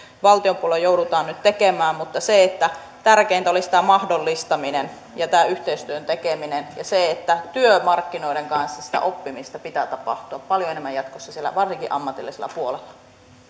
valtion puolella joudutaan nyt tekemään mutta tärkeintä olisi tämä mahdollistaminen ja tämä yhteistyön tekeminen ja se että työmarkkinoiden kanssa sitä oppimista pitää tapahtua paljon enemmän jatkossa varsinkin ammatillisella puolella